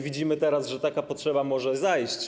Widzimy teraz, że taka potrzeba może zajść.